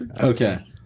okay